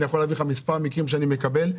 אני יכול להגיד לך מספר מקרים שאני מקבל,